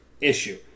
issue